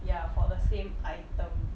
ya for the same item